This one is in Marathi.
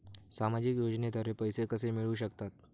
सामाजिक योजनेद्वारे पैसे कसे मिळू शकतात?